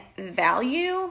value